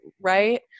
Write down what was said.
right